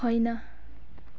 होइन